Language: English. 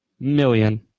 million